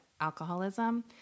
alcoholism